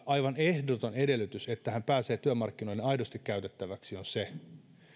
aivan ehdoton edellytys sille että hän pääsee työmarkkinoiden aidosti käytettäväksi on se